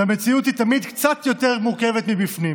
והמציאות היא תמיד קצת יותר מורכבת מבפנים,